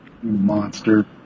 monster